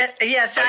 ah yes i